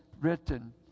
written